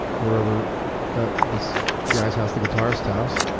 were over at this guy's house, the guitarist's house.